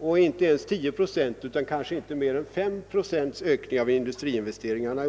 15 eller 10 procents ökning utan kanske inte mer än 5 procents ökning av industriinvesteringarna.